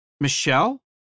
Michelle